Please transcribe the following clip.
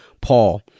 Paul